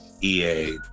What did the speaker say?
EA